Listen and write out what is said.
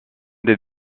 des